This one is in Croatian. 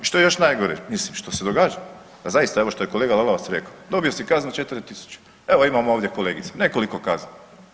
I što je još najgore, mislim što se događalo da zaista evo što je kolega Lalovac rekao, dobio si kaznu 4.000 evo imamo ovdje kolegice nekoliko kazni.